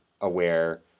aware